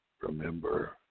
Remember